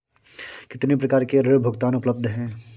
कितनी प्रकार के ऋण भुगतान उपलब्ध हैं?